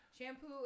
Shampoo